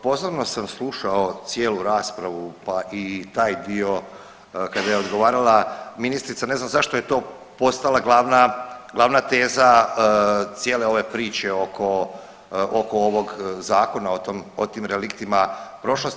Pozorno sam slušao cijelu raspravu pa i taj dio kada je odgovarala ministrica, ne znam zašto je to postala glavna teza cijele ove priče oko ovog zakona o tim reliktima prošlosti.